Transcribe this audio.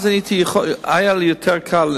אז היה לי יותר קל,